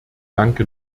danke